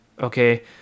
okay